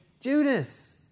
Judas